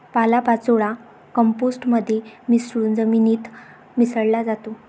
पालापाचोळा कंपोस्ट मध्ये मिसळून जमिनीत मिसळला जातो